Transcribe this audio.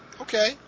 Okay